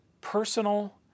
personal